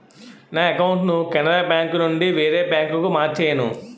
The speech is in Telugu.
నా అకౌంటును కెనరా బేంకునుండి వేరే బాంకుకు మార్చేను